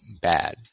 bad